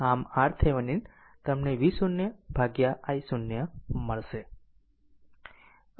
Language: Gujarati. આમ RThevenin તમને V0 i0 મળશે